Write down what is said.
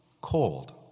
cold